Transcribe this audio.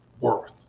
worth